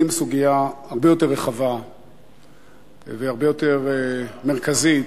סוגיה הרבה יותר רחבה והרבה יותר מרכזית,